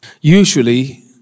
Usually